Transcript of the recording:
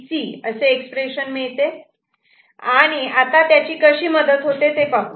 C असे expression येते आणि आता त्याची कशी मदत होते ते पाहू